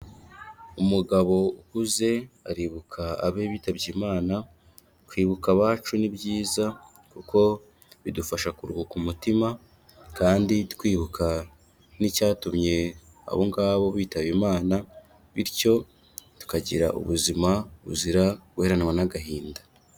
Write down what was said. Umugabo ukuze aribuka abe bitabye Imana, kwibuka abacu ni byiza kuko bidufasha kuruhuka umutima kandi twibuka n'icyatumye abo ngabo bitaba Imana bityo tukagira ubuzima buzira guheranwa n'agahinda.